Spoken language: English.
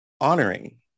honoring